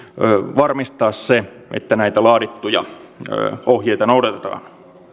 varmistaa se että näitä laadittuja ohjeita noudatetaan